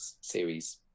Series